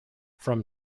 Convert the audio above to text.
from